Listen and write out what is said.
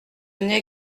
n’est